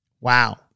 Wow